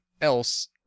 else